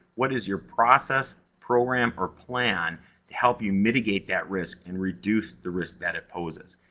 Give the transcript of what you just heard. what is your process program or plan to help you mitigate that risk, and reduce the risk that it poses?